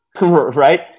right